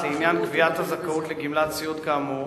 לעניין קביעת הזכאות לגמלת סיעוד כאמור,